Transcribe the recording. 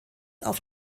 auf